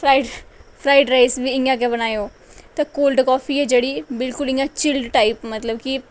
fry fried rice गै बनाएओ ते कोल्ड काफी ऐ जेह्ड़ी बिलकूल इ'यां चिल्ड टाइप मतलब कि कन्नै